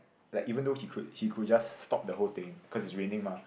like even though he could he could just stop the whole thing cause is raining mah